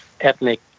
ethnic